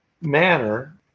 manner